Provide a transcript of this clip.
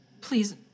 Please